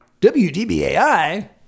WDBAI